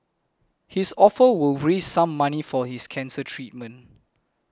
his offer will raise some money for his cancer treatment